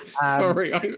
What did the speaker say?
Sorry